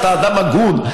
הרי אתה אדם הגון,